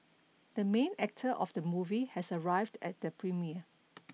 the main actor of the movie has arrived at the premiere